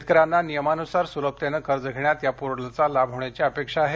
शेतकऱ्यांना नियमानुसार सुलभतेनं कर्ज घेण्यात या पोर्टलचा लाभ होण्याची अपेक्षा आहे